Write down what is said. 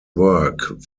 work